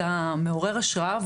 אתה מעורר השראה,